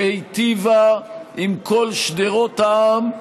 שהיטיבה עם כל שדרות העם,